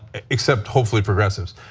except hopefully progressives,